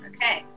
Okay